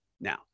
now